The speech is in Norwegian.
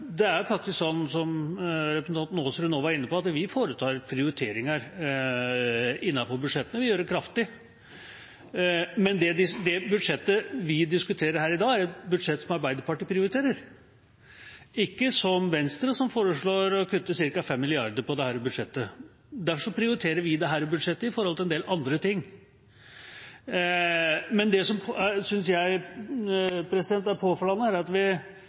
Det er sånn, som representanten Aasrud nå var inne på, at vi foretar prioriteringer innenfor budsjettene – vi gjør det kraftig. Men det budsjettet vi diskuterer her i dag, er et budsjett som Arbeiderpartiet prioriterer – ikke som Venstre, som foreslår å kutte ca. 5 mrd. kr i dette budsjettet. Derfor prioriterer vi dette budsjettet i forhold til en del andre ting. Men det som jeg syns er påfallende, er at